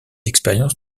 expériences